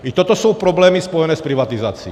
I toto jsou problémy spojené s privatizaci.